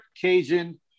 cajun